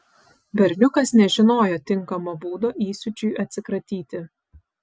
berniukas nežinojo tinkamo būdo įsiūčiui atsikratyti